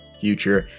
future